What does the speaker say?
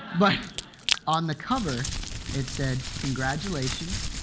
but on the cover it said, congratulations,